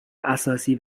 اساسی